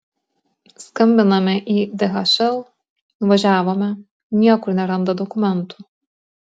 skambiname į dhl nuvažiavome niekur neranda dokumentų